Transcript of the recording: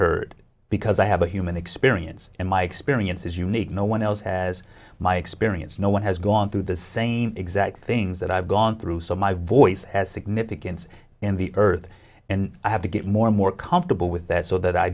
heard because i have a human experience and my experience is unique no one else has my experience no one has gone through the same exact things that i've gone through so my voice has significance in the earth and i have to get more and more comfortable with that so that i